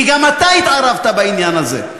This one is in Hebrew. כי גם אתה התערבת בדבר הזה.